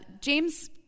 James